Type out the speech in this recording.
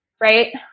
right